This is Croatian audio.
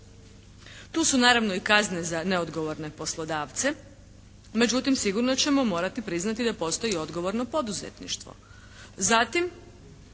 Tu su naravno i kazne za neodgovorne poslodavce. Međutim, sigurno ćemo morati priznati da postoji i odgovorno poduzetništvo.